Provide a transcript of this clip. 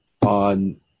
on